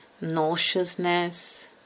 nauseousness